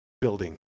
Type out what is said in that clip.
building